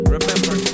Remember